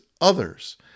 others